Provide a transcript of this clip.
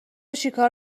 چیکار